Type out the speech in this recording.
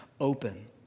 open